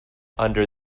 under